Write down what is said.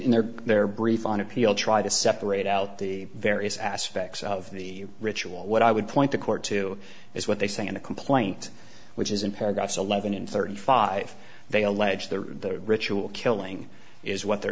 in their their brief on appeal try to separate out the various aspects of the ritual what i would point the court to is what they say in a complaint which is in paragraphs eleven and thirty five they allege that the ritual killing is what they're